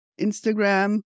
Instagram